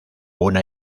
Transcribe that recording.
una